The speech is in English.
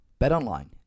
BetOnline